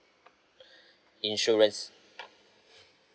insurance